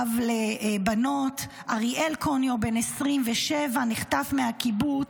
אב לבנות, אריאל קוניו, בן 27, נחטף מהקיבוץ.